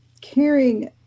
caring